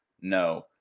no